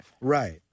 Right